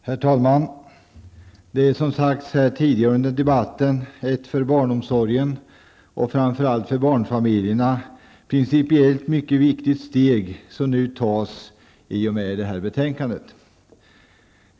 Herr talman! Det är, som sagts tidigare här i debatten, ett för barnomsorgen och framför allt för barnfamiljerna principiellt mycket viktigt steg som nu tas i och med detta betänkande.